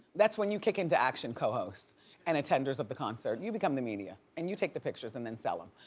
that's when you kick into action, co-hosts and attenders of the concert. you become the media. and you take the pictures and then sell them.